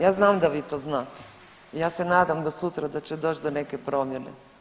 Ja znam da vi to znate i ja se nadam do sutra da će doć do neke promjene.